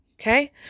Okay